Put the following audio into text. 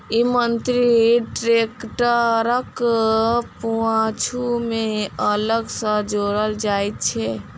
ई यंत्र ट्रेक्टरक पाछू मे अलग सॅ जोड़ल जाइत छै